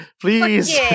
Please